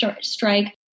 strike